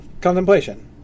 contemplation